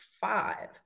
five